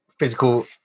physical